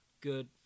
good